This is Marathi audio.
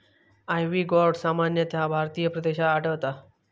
आयव्ही गॉर्ड सामान्यतः भारतीय प्रदेशात आढळता